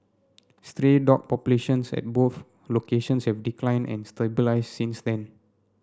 stray dog populations at both locations have declined and stabilised since then